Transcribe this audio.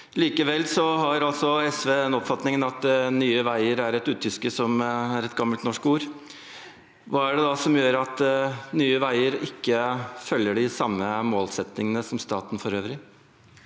Likevel har altså SV den oppfatningen at Nye veier er et utyske – som er et gammelt norsk ord. Hva er det da som gjør at Nye veier ikke følger de samme målsettingene som staten for øvrig?